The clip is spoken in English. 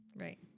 Right